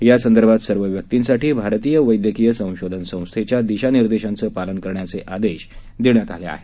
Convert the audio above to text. यासंदर्भात सर्व व्यक्तींसाठी भारतीय वस्त्रीय संशोधन संस्थेच्या दिशानिर्देशांचे पालन करण्याचे आदेश देण्यात आले आहेत